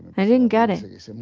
i didn't get it.